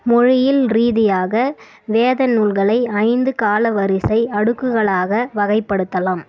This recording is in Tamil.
மொழியில் ரீதியாக வேத நூல்களை ஐந்து காலவரிசை அடுக்குகளாக வகைப்படுத்தலாம்